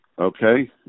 Okay